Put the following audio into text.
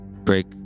break